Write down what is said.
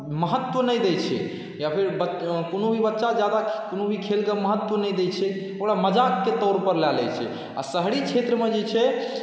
महत्व नहि दै छै या फेर कोनो भी बच्चा ज्यादा कोनो भी खेलके महत्व नहि दै छै ओकरा मजाकके तौरपर लऽ लै छै आओर शहरी क्षेत्रमे जे छै